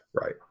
Right